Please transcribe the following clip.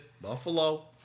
Buffalo